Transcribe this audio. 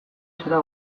zera